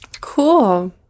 Cool